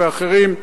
ואחרים,